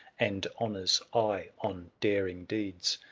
and honour's eye on daring deeds!